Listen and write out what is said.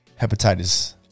hepatitis